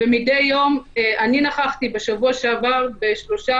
ומידי יום אני נכחתי בשבוע שעבר בשלושה